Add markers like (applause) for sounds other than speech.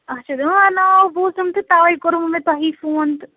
اَچھا (unintelligible) ناو بوٗزُم تہٕ تَوَے کوٚروٕ مےٚ تۄہی فون تہٕ